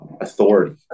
authority